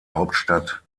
hauptstadt